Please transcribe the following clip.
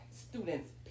student's